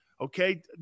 Okay